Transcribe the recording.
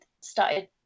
started